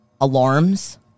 alarms